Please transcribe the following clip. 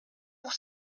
pour